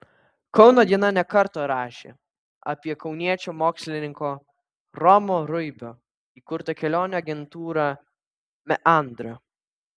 kauno diena ne kartą rašė apie kauniečio mokslininko romo ruibio įkurtą kelionių agentūrą meandra